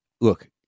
look